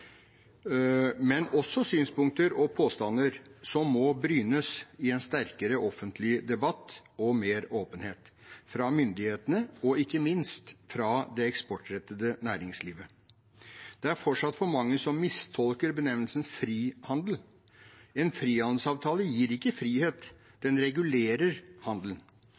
men også synspunkter og påstander som må brynes i en sterkere offentlig debatt og mer åpenhet, fra myndighetene og – ikke minst – fra det eksportrettede næringslivet. Det er fortsatt for mange som mistolker benevnelsen «frihandel». En frihandelsavtale gir ikke frihet, den regulerer handelen